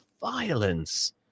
violence